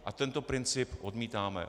A tento princip odmítáme.